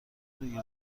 بگیر